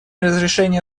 разрешение